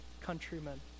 countrymen